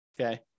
okay